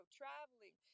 traveling